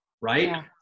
right